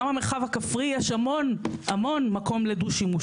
גם במרחב הכפרי יש המון המון מקום לדו-שימוש.